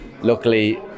Luckily